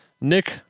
Nick